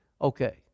okay